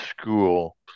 school